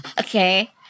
Okay